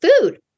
Food